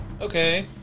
Okay